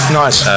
nice